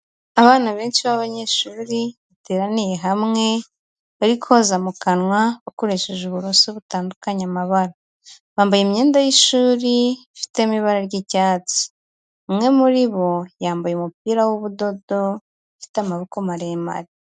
Abana benshi b'abanyeshuri bateraniye hamwe, bari koza mu kanwa bakoresheje uburoso butandukanye amabara. Bambaye imyenda y'ishuri ifitemo ibara ry'icyatsi. Umwe muri bo yambaye umupira w'ubudodo ufite amaboko maremare.